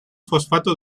fosfato